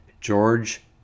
George